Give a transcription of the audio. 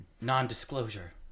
non-disclosure